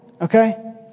okay